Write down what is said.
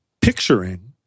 Picturing